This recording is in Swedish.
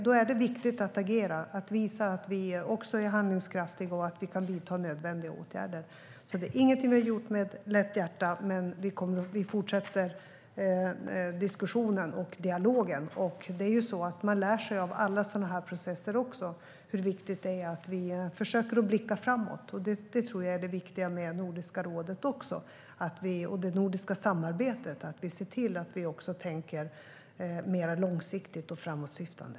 Då är det viktigt att agera och visa att vi är handlingskraftiga och kan vidta nödvändiga åtgärder. Det är inget vi har gjort med lätt hjärta, men vi fortsätter diskussionen och dialogen. Av alla sådana processer lär man sig hur viktigt det är att blicka framåt, och så även i Nordiska rådet och det nordiska samarbetet. Vi måste se till att tänka långsiktigt och framåtsyftande.